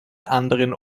anderen